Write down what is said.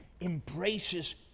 embraces